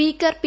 speaker P